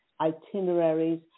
itineraries